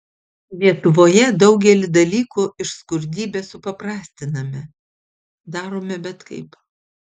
lietuvoje daugelį dalykų iš skurdybės supaprastiname darome bet kaip